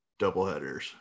doubleheaders